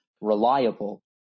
reliable